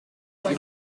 rue